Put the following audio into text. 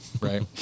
right